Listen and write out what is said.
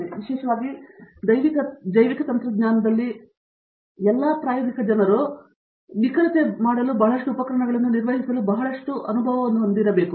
ಆದ್ದರಿಂದ ವಿಶೇಷವಾಗಿ ಜೈವಿಕ ತಂತ್ರಜ್ಞಾನದಲ್ಲಿ ಎಲ್ಲಾ ಪ್ರಾಯೋಗಿಕ ಜನರು ಆದ್ದರಿಂದ ನಿಖರತೆ ಮಾಡಲು ಬಹಳಷ್ಟು ಉಪಕರಣಗಳನ್ನು ನಿರ್ವಹಿಸಲು ಬಹಳಷ್ಟು ಅನುಭವವನ್ನು ಹೊಂದಿರಬೇಕು